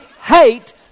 hate